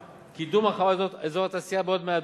קידום הרחבת אזור התעשייה בעוד 100 דונם.